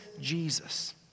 Jesus